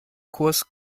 kurs